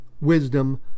wisdom